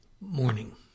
Morning